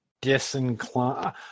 disinclined